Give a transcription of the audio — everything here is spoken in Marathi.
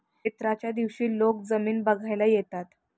क्षेत्राच्या दिवशी लोक जमीन बघायला येतात